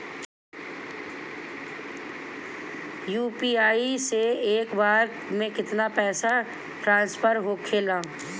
UPI से एक बार मे केतना पैसा ट्रस्फर होखे ला?